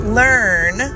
learn